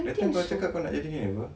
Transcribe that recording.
that time kau cakap kau nak jadi ni apa